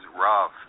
rough